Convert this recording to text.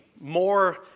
more